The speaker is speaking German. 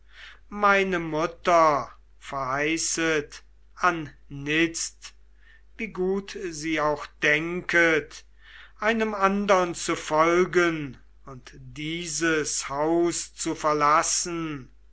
meine mutter verheißet anitzt wie gut sie auch denket einem andern zu folgen und dieses haus zu verlassen